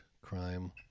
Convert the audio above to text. crime